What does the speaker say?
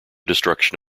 destruction